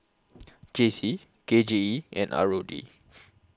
J C K J E and R O D